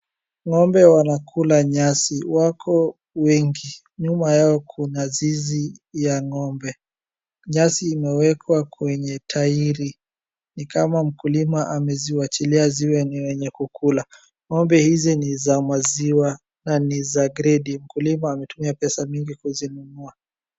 Ngombe wanakula nyasi wako wengi. Nyuma yao kuna zizi ya ng'ombe nyasi imwekwa kwenye tairi ni kama mkulima ameziwachilia ziwe ni zenye kukula .Ng'ombe hizi ni za maziwa na ni za gredi mkulima mametumia pesa mingi kuzinunua.